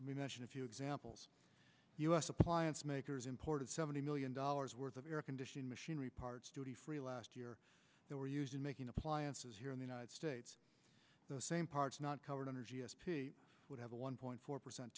mention a few examples u s appliance makers imported seventy million dollars worth of air conditioning machinery parts duty free last year they were used in making appliances here in the united states the same parts not covered under g s t would have a one point four percent